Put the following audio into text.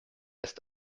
ist